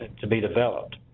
to be developed.